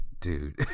dude